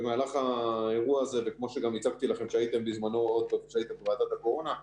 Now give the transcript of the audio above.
במהלך האירוע הזה וכמו שגם הצגתי לכם כשהייתם בוועדת הקורונה,